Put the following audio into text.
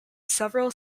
several